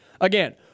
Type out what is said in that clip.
Again